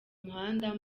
muhanda